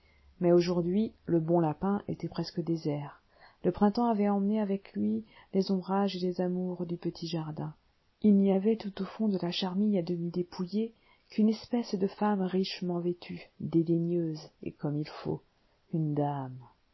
mais aujourd'hui le bon lapin était presque désert le printemps avait emmené avec lui les ombrages et les amours du petit jardin il n'y avait tout au fond de la charmille à demi dépouillée qu'une espèce de femme richement vêtue dédaigneuse et comme il faut une dame